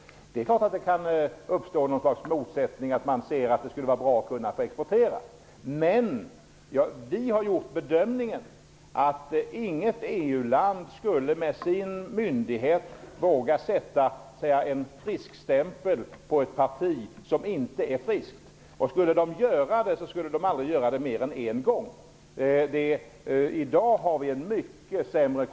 Det är klart att det kan uppstå ett slags motsättning när man ser att det skulle vara bra att få exportera. Vi har gjort den bedömningen att ingen myndighet i ett EU-land skulle våga sätta en frisk-stämpel på ett parti som inte är friskt. Om någon ändå skulle göra det, skulle denne inte göra det mer än en gång. I dag är kontrollen mycket sämre.